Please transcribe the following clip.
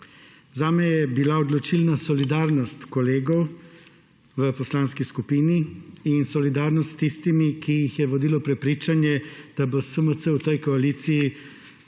Zame je bila odločilna solidarnost kolegov v poslanski skupini in solidarnost s tistimi, ki jih je vodilo prepričanje, da bo SMC v tej koaliciji